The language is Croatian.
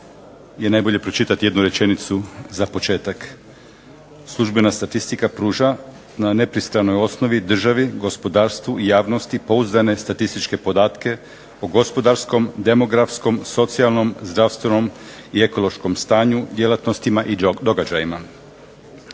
"Službena statistika pruža na nepristranoj osnovi državi, gospodarstvu, javnosti pouzdane statističke podatke o gospodarskom, demografskom, socijalnom, zdravstvenom i ekološkom stanju, djelatnostima i događajima".